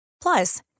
Plus